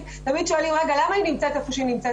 תמיד שואלים, רגע למה היא נמצאת איפה שהיא נמצאת?